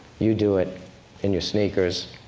you do it in your sneakers.